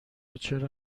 چرا